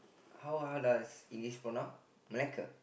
how how does it pronounce Melaka